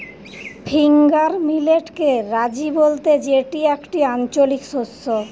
finger মিলেটকে রাজি বলতে যেটি একটি আঞ্চলিক শস্য